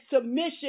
submission